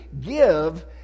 give